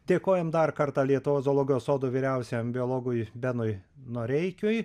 dėkojam dar kartą lietuvos zoologijos sodo vyriausiajam biologui benui noreikiui